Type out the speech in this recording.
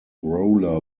roller